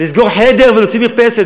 לסגור חדר ולהוציא מרפסת,